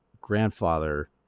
grandfather